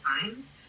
times